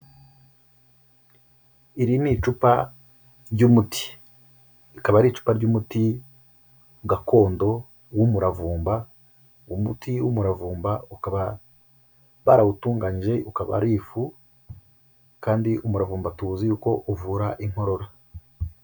Iri ni icupa ry'umuti, rikaba ari icupa ry'umuti gakondo w'umuravumba, umuti w'umuravumba ukaba barawutunganyije ukaba ari ifu kandi umuravumba tuzi yuko uvura inkorora.